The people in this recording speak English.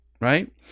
right